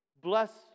bless